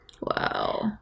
Wow